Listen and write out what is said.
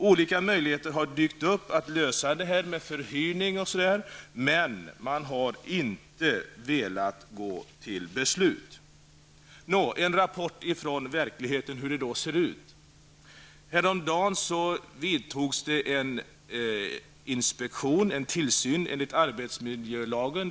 Olika möjligheter har dykt upp att åstadkomma en lösning genom förhyrning, men man har inte velat gå till beslut. Nå, en rapport från verkligheten om hur det ser ut. Häromdagen gjorde yrkesinspektionen en tillsyn enligt arbetsmiljölagen.